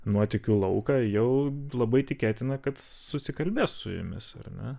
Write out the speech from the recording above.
nuotykių lauką jau labai tikėtina kad susikalbės su jumis ar ne